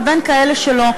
ובין כאלה שלא.